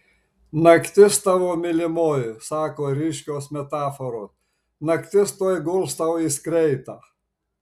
naktis tavo mylimoji sako ryškios metaforos naktis tuoj guls tau į skreitą